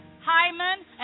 Hyman